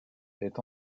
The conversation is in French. est